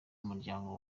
umuryango